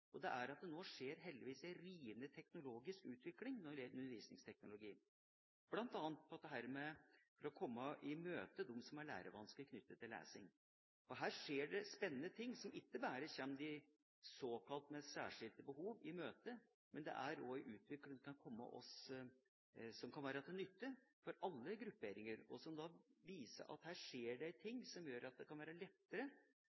Det er at det nå heldigvis skjer en rivende utvikling når det gjelder undervisningsteknologi, bl.a. for å komme i møte dem som har lærevansker knyttet til lesing. Her skjer det spennende ting, som ikke bare kommer dem som har såkalt særskilte behov, i møte. Det er også en utvikling som kan være til nytte for alle grupperinger, som viser at her skjer det